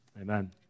Amen